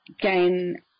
gain